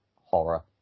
horror